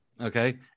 okay